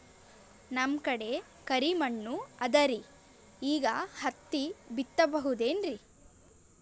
ನಮ್ ಕಡೆ ಕರಿ ಮಣ್ಣು ಅದರಿ, ಈಗ ಹತ್ತಿ ಬಿತ್ತಬಹುದು ಏನ್ರೀ?